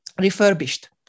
refurbished